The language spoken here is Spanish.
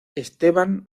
esteban